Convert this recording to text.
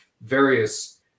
various